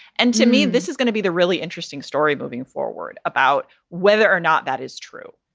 and to me, this is gonna be the really interesting story moving forward about whether or not that is true,